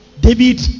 David